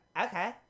okay